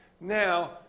Now